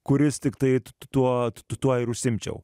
kuris tiktai tuo tuo ir užsiimčiau